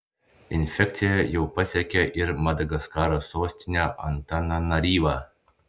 infekcija jau pasiekė ir madagaskaro sostinę antananaryvą